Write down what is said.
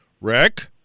Rick